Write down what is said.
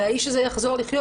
הרי האיש הזה יחזור לחיות